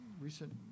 recent